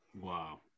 Wow